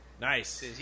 Nice